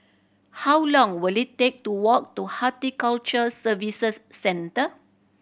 how long will it take to walk to Horticulture Services Centre